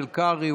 של קרעי,